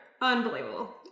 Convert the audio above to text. unbelievable